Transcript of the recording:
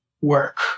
work